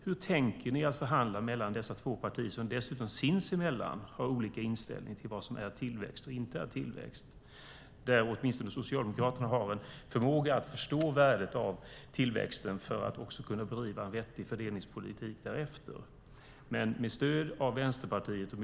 Hur tänker ni förhandla med dessa två partier som sinsemellan har olika inställning till vad som är tillväxt och inte tillväxt? Socialdemokraterna har åtminstone en förmåga att förstå värdet av tillväxt för att kunna bedriva en vettig fördelningspolitik.